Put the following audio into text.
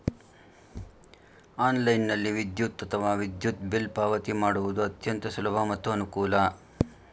ಆನ್ಲೈನ್ನಲ್ಲಿ ವಿದ್ಯುತ್ ಅಥವಾ ವಿದ್ಯುತ್ ಬಿಲ್ ಪಾವತಿ ಮಾಡುವುದು ಅತ್ಯಂತ ಸುಲಭ ಮತ್ತು ಅನುಕೂಲ